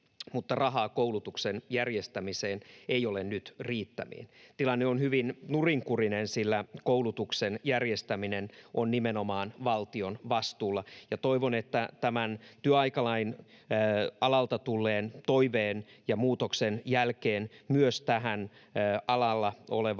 mutta rahaa koulutuksen järjestämiseen ei ole nyt riittämiin. Tilanne on hyvin nurinkurinen, sillä koulutuksen järjestäminen on nimenomaan valtion vastuulla. Toivon, että tämän työaikalain alalta tulleen toiveen ja muutoksen jälkeen myös tähän alalla olevaan